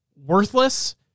worthless